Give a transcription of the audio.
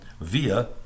via